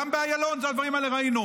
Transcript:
גם באיילון את הדברים האלה ראינו.